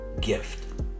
gift